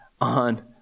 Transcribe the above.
on